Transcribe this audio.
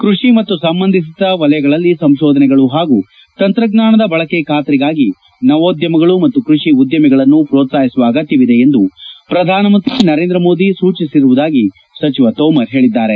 ಕೃಷಿ ಮತ್ತು ಸಂಬಂಧಿತ ವಲಯಗಳಲ್ಲಿ ಸಂಶೋಧನೆಗಳು ಹಾಗೂ ತಂತ್ರಜ್ಞಾನದ ಬಳಕೆ ಖಾತರಿಗಾಗಿ ನವೋದ್ಯಮಗಳು ಮತ್ತು ಕೃಷಿ ಉದ್ಯಮಿಗಳನ್ನು ಪ್ರೋತ್ಪಾಹಿಸುವ ಅಗತ್ಯವಿದೆ ಎಂದು ಪ್ರಧಾನಮಂತ್ರಿ ನರೇಂದ್ರ ಮೋದಿ ಸೂಚಿಸಿರುವುದಾಗಿ ಸಚಿವ ತೋಮರ್ ಹೇಳಿದ್ದಾರೆ